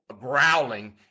growling